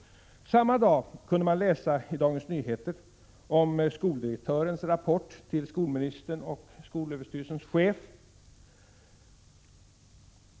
Samma dag kunde man läsa i Dagens Nyheter om skoldirektörens rapport till skolministern och skolöverstyrelsens chef.